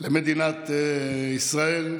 למדינת ישראל,